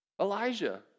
Elijah